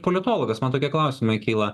politologas man tokie klausimai kyla